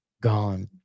gone